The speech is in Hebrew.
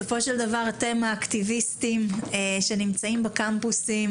בסופו של דבר אתם האקטיביסטים שנמצאים בקמפוסים